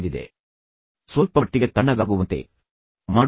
ಆದ್ದರಿಂದ ಕಾರಣವು ಇತರ ವ್ಯಕ್ತಿಯನ್ನು ಸ್ವಲ್ಪಮಟ್ಟಿಗೆ ತಣ್ಣಗಾಗುವಂತೆ ಮಾಡುತ್ತದೆ